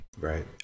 Right